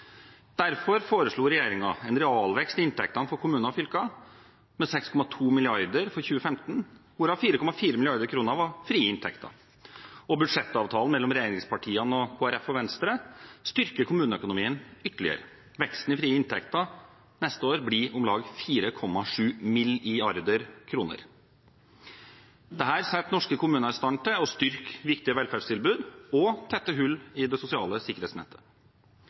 Derfor foreslo regjeringen en realvekst i inntektene for kommuner og fylkeskommuner med 6,2 mrd. kr for 2015, hvorav 4,4 mrd. kr var frie inntekter. Budsjettavtalen mellom regjeringspartiene og Kristelig Folkeparti og Venstre styrker kommuneøkonomien ytterligere. Veksten i frie inntekter neste år blir om lag 4,7 mrd. kr. Dette setter norske kommuner i stand til å styrke viktige velferdstilbud og tette hull i det sosiale sikkerhetsnettet.